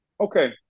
Okay